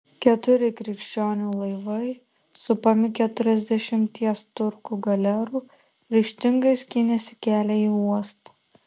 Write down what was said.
keturi krikščionių laivai supami keturiasdešimties turkų galerų ryžtingai skynėsi kelią į uostą